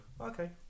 Okay